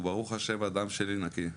וברוך השם הדם שלי נקי.